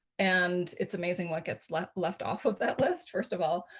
and it's amazing what gets left left off of that list, first of all.